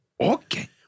Okay